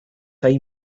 hay